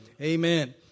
Amen